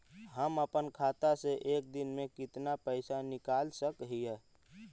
हम अपन खाता से एक दिन में कितना पैसा निकाल सक हिय?